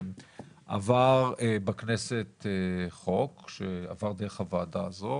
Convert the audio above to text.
עבר בכנסת חוק דרך הוועדה הזאת